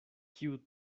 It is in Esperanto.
kiu